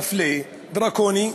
מפלה, דרקוני,